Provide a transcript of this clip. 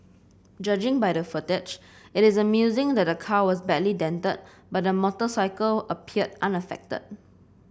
judging by the footage it is amusing that the car was badly dented but the motorcycle appeared unaffected